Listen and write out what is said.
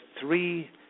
three